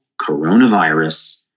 coronavirus